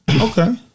Okay